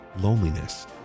loneliness